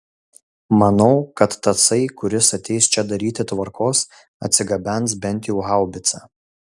manau kad tasai kuris ateis čia daryti tvarkos atsigabens bent jau haubicą